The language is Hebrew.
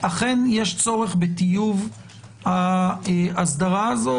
אכן יש צורך בטיוב האסדרה הזו,